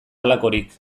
halakorik